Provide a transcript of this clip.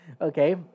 okay